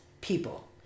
people